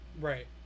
Right